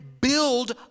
build